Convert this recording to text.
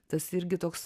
tas irgi toks